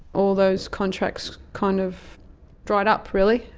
all those contracts kind of dried up really.